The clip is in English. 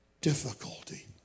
difficulty